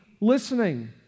listening